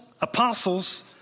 apostles